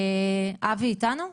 אבי איתנו?